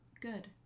Good